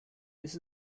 this